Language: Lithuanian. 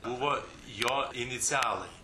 buvo jo inicialai